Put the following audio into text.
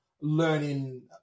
learning